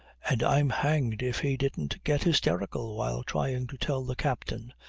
and i'm hanged if he didn't get hysterical while trying to tell the captain,